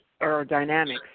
aerodynamics